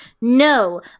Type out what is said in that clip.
No